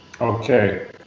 Okay